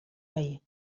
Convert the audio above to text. veí